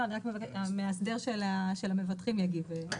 המאסדר של המבטחים יגיב.